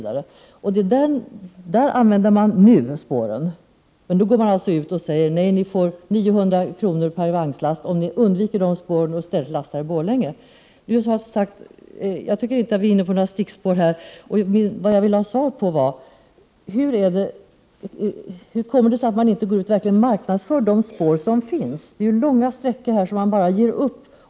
Där används spåren nu, men då går SJ ut och säger: Ni får 900 kr. per vagnslast om ni undviker de spåren och i stället lastar i Borlänge. Jag tycker inte att vi är inne på något stickspår. Vad jag ville ha svar på var: Hur kommer det sig att SJ inte går ut och marknadsför de spår som finns? Det är ju långa sträckor som SJ bara ger upp.